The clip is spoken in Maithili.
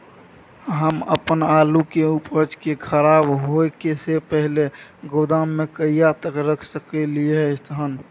हम अपन आलू के उपज के खराब होय से पहिले गोदाम में कहिया तक रख सकलियै हन?